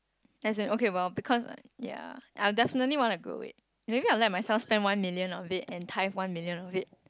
that's okay it well because like ya I would definitely want to grow it maybe I will let myself spend one million of it and tie one million of it